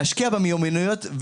להשקיע במיומנויות.